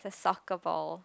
a soccer ball